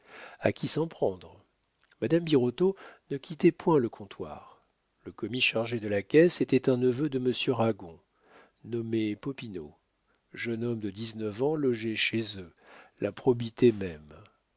a qui s'en prendre madame birotteau ne quittait point le comptoir le commis chargé de la caisse était un neveu de monsieur ragon nommé popinot jeune homme de dix-neuf ans logé chez eux la probité même